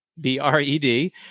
B-R-E-D